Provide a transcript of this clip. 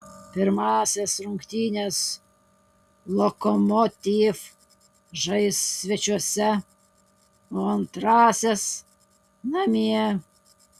pirmąsias rungtynes lokomotiv žais svečiuose o antrąsias namie